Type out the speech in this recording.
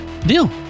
Deal